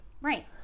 Right